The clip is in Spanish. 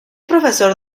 profesor